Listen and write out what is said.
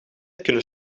kunnen